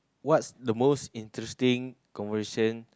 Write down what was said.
what's the most interesting conversation